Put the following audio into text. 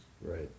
Right